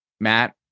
Matt